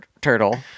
turtle